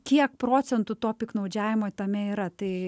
kiek procentų to piktnaudžiavimo tame yra tai